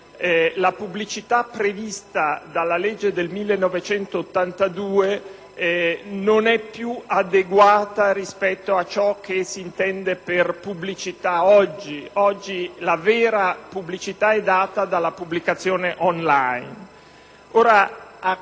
La pubblicità prevista dalla legge del 1982 non è più adeguata rispetto a ciò che si intende oggi per pubblicità. Oggi la vera pubblicità è data dalla pubblicazione *on line*.